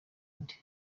andi